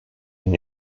been